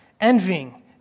envying